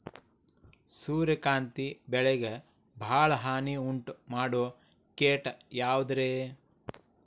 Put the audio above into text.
ಸೂರ್ಯಕಾಂತಿ ಬೆಳೆಗೆ ಭಾಳ ಹಾನಿ ಉಂಟು ಮಾಡೋ ಕೇಟ ಯಾವುದ್ರೇ?